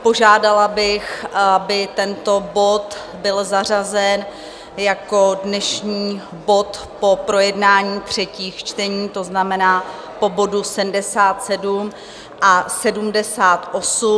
Požádala bych, aby tento bod byl zařazen jako dnešní bod po projednání třetích čtení, to znamená po bodu 77 a 78.